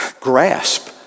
grasp